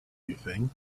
anything